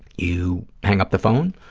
you hang up the phone.